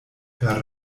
per